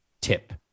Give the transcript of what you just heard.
tip